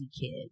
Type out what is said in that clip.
kid